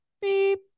beep